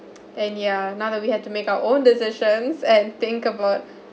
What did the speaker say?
and ya now that we had to make our own decisions and think about